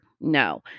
No